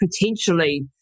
potentially